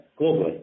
globally